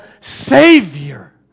Savior